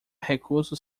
recursos